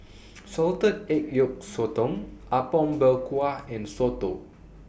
Salted Egg Yolk Sotong Apom Berkuah and Soto